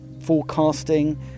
forecasting